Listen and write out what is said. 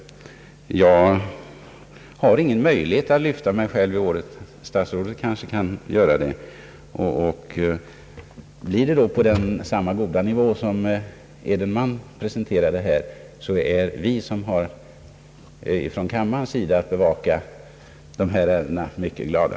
Jag har ingen möjlighet att lyfta mig själv i håret. Statsrådet kanske kan göra det. Blir det då på samma goda nivå som herr Edenman presenterade här, så är vi som har att från kammarens sida bevaka dessa ärenden mycket glada.